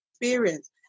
experience